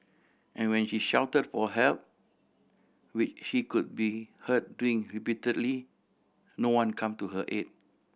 and when she shouted for help which she could be heard doing repeatedly no one come to her aid